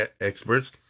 experts